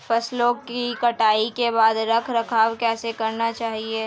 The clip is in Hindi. फसलों की कटाई के बाद रख रखाव कैसे करना चाहिये?